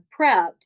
prepped